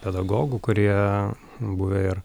pedagogų kurie buvę ir